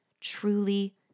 truly